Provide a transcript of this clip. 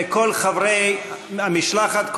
ואת כל חברי המשלחת,